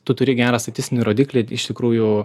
tu turi gerą statistinį rodiklį iš tikrųjų